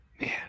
man